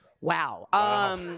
wow